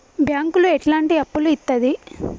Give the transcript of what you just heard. బ్యాంకులు ఎట్లాంటి అప్పులు ఇత్తది?